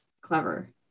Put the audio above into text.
clever